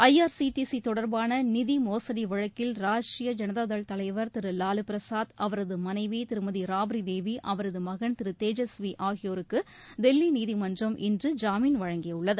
ஐ R C T C தொடர்பான நிதிமோசடி வழக்கில் ராஷ்ட்ரிய ஜனதா தள் தலைவர் திரு லாலுபிரசாத் அவரது மனைவி திருமதி ராப்ரி தேவி அவரது மகன் திரு தேஜஸ்வி ஆகியோருக்கு தில்லி நீதிமன்றம் இன்று ஜாமீன் வழங்கியுள்ளது